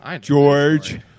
George